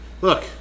look